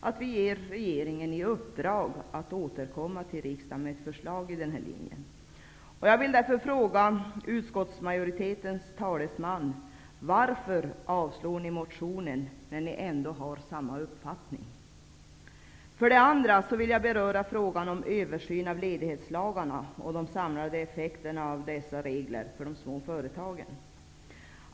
Regeringen borde få i uppdrag att återkomma till riksdagen med ett förslag i den här riktningen. Jag vill därför fråga utskottsmajoritetens talesman: Varför avstyrker ni motionen, när ni ändå har samma uppfattning som vi? För det andra vill jag beröra frågan om översyn av ledighetslagarna och de samlade effekterna av dessa regler för de små företagen.